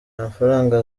amafaranga